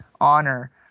honor